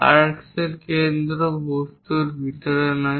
arc এর কেন্দ্র বস্তুর ভিতরে নয়